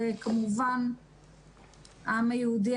כמובן העם היהודי,